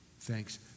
thanks